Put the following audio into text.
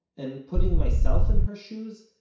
and, putting myself in her shoes,